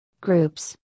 Groups